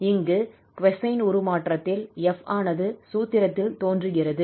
இங்கு cosine உருமாற்றத்தில் 𝑓 ஆனது சூத்திரத்தில் தோன்றுகிறது